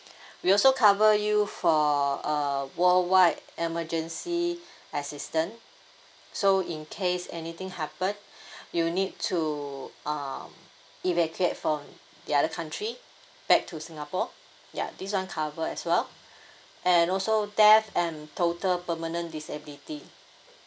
we also cover you for uh worldwide emergency assistant so in case anything happen you need to uh evacuate from the other country back to singapore ya this [one] cover as well and also death and total permanent disability